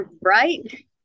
Right